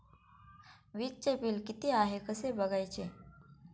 वीजचे बिल किती आहे कसे बघायचे?